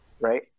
right